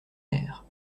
air